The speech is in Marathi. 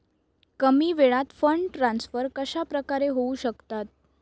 कमी वेळात फंड ट्रान्सफर कशाप्रकारे होऊ शकतात?